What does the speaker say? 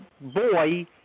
boy